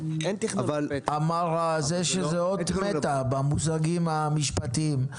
אמר שזה אות מתה במושגים המשפטיים,